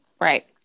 Right